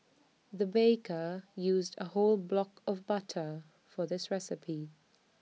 the baker used A whole block of butter for this recipe